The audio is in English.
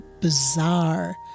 bizarre